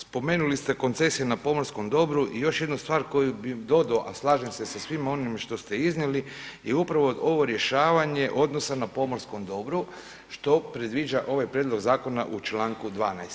Spomenuli ste koncesije na pomorskom dobru i još jednu stvar koju bih dodao, a slažem se sa svim onim što ste iznijeli je upravo ovo rješavanje odnosa na pomorskom dobru što predviđa ovaj prijedlog zakona u čl. 12.